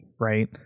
right